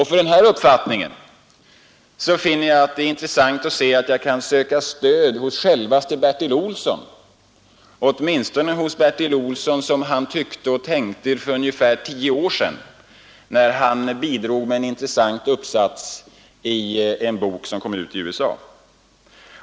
För denna min uppfattning kan jag söka stöd hos vaste Bertil Olsson, åtminstone hos Bertil Olsson som han ty och tänkte för ungefär tio år sedan, då han bidrog med en intressant uppsats i en bok som kom ut i USA.